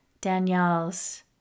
Danielle's